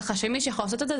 ככה שמי שיכול לעשות את זה,